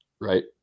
right